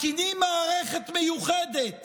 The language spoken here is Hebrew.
מתקינים מערכת מיוחדת